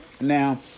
Now